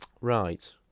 Right